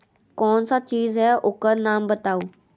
कौन सा चीज है ओकर नाम बताऊ?